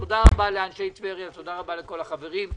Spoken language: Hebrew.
תודה רבה לאנשי טבריה ולכל החברים.